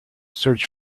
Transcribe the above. search